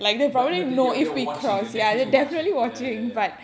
but no the~ the~ they were watching they were definitely watching ya ya ya